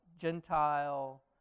Gentile